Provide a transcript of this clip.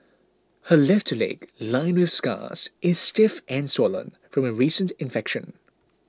her left leg lined with scars is stiff and swollen from a recent infection